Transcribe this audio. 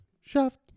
Shaft